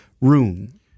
room